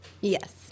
Yes